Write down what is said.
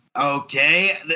okay